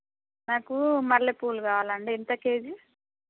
నాకు మల్లెపూలు కావాలండి ఎంత కేజీ